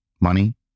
Money